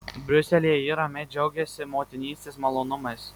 briuselyje ji ramiai džiaugiasi motinystės malonumais